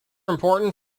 important